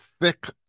thick